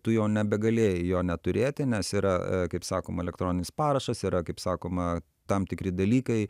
tu jau nebegalėjai jo neturėti nes yra e kaip sakoma elektroninis parašas yra kaip sakoma tam tikri dalykai